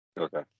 Okay